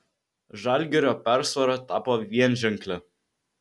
žalgirio persvara tapo vienženklė